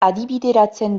adibideratzen